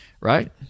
right